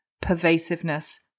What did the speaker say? pervasiveness